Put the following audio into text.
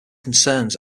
concerns